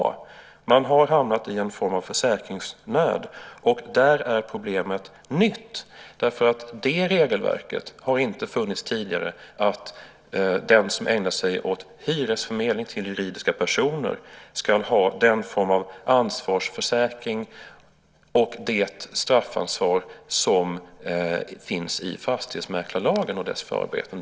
Man har hamnat i en form av försäkringsnöd. Det problemet är nytt, därför att det regelverket har inte funnits tidigare som säger att den som ägnar sig åt hyresförmedling till juridiska personer ska ha den form av ansvarsförsäkring och det straffansvar som finns i fastighetsmäklarlagen och dess förarbeten.